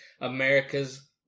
America's